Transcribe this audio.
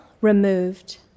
removed